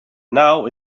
now